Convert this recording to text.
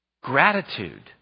Gratitude